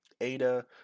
ADA